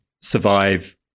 survive